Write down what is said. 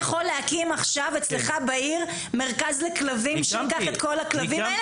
להקים עכשיו אצלך בעיר מרכז לכלבים שייקח את כל הכלבים האלה?